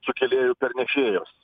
sukėlėjų pernešėjos